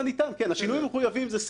השינויים המחויבים זה סמנטי.